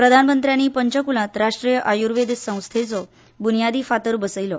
प्रधानमंत्र्यांनी पंचकुलांत राष्ट्रीय आयुर्वेद संस्थेचो बुन्यादी फातर बसयलो